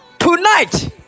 Tonight